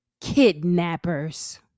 kidnappers